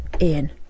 Ian